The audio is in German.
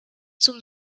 zum